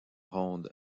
ronde